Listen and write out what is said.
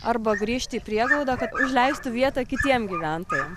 arba grįžti į prieglaudą kad užleistų vietą kitiem gyventojam